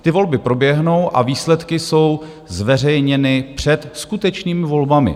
Ty volby proběhnou a výsledky jsou zveřejněny před skutečnými volbami.